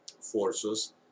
forces